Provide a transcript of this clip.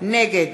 נגד